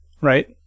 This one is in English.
right